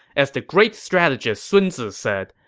as the great strategist sun zi said,